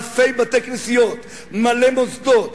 אלפי בתי-כנסיות, מלא מוסדות.